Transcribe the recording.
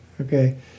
Okay